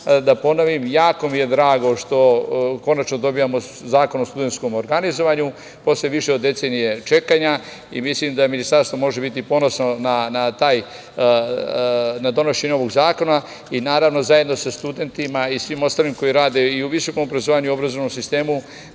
da ponovim – jako mi je drago što konačno dobijamo zakon o studentskom organizovanju posle više od decenije čekanja. Mislim da Ministarstvo može biti ponosno na donošenje ovog zakona i naravno zajedno sa studentima i svima ostalima koji rade i u visokom obrazovanju i u obrazovnom sistemu